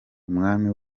umwami